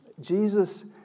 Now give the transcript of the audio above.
Jesus